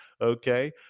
okay